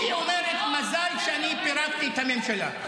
היא אומרת: מזל שאני פירקתי את הממשלה.